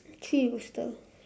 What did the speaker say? three rooster